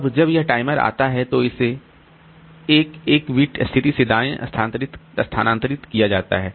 अब जब यह टाइमर आता है तो इसे 1 1 बिट स्थिति से दाएं स्थानांतरित किया जाता है